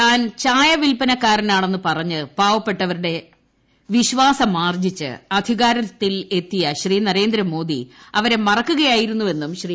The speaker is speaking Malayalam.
ഞാൻ ചായവിൽപ്പനക്കാരനാണെന്ന് പറഞ്ഞ് പാവിപ്പെട്ട ജനങ്ങളുടെ വിശ്വാസമാർജിച്ച് അധികാരത്തിൽ എത്തിയിന്രേന്ദ്ര മോദി അവരെ മറക്കുകയായിരുന്നുവെന്നും ശ്രീ